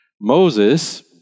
Moses